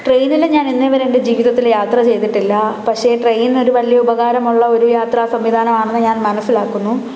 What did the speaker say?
ട്രെയിനിൽ ഞാൻ ഇന്നേവരെ എൻ്റെ ജീവിതത്തിൽ യാത്ര ചെയ്തിട്ടില്ല പക്ഷേ ട്രെയിൻ ഒരു വലിയ ഉപകാരമുള്ള ഒരു യാത്ര സംവിധാനമാണെന്നു ഞാൻ മനസ്സിലാക്കുന്നു